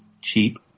cheap